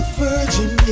virgin